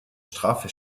strafe